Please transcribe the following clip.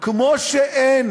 כמו שאין